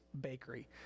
bakery